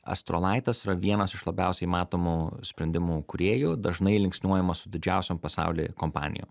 astrolaitas yra vienas iš labiausiai matomų sprendimų kūrėjų dažnai linksniuojama su didžiausiom pasaulyje kompanijom